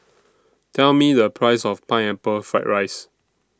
Tell Me The Price of Pineapple Fried Rice